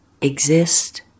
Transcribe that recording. exist